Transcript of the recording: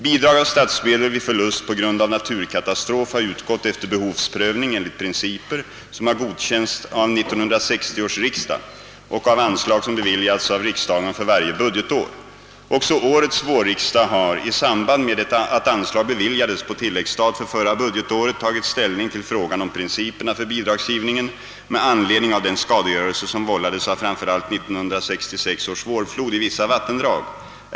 Bidrag av statsmedel vid förlust på grund av naturkatastrof har utgått efter behovsprövning enligt principer som har godkänts av 1960 års riksdag och av anslag som. beviljats av riksdagen för varje budgetår. Också årets vårriksdag har, i samband med att anslag beviljades på tilläggsstat för förra budgetåret, tagit ställning till frågan om principerna för bidragsgivningen med anledning av den skadegörelse som vållades av framför allt 1966 års vårflod i vissa vattendrag.